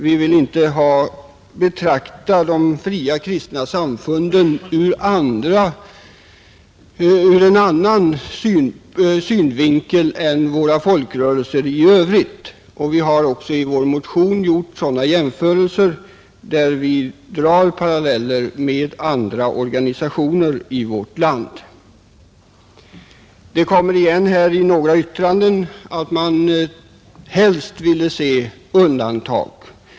Vi önskar inte att de fria kristna samfunden skall betraktas ur någon annan synvinkel än våra folkrörelser i övrigt. I vår motion har vi också gjort jämförelser, där vi drar paralleller med andra organisationer i vårt land. Det har av några yttranden här framgått att man helst ville se undantag.